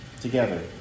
together